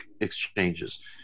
exchanges